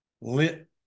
lit